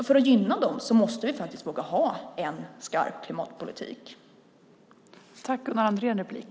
För att gynna dem måste vi faktiskt våga ha en skarp klimatpolitik.